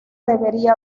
debería